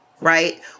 Right